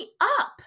up